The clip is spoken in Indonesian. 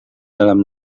dalam